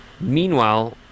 Meanwhile